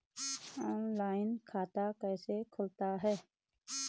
Online खाता कैसे खुलता है?